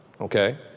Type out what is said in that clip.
okay